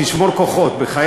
מדוע מבקש שר הביטחון דחייה,